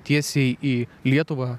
tiesiai į lietuvą